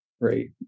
Great